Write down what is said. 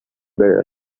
better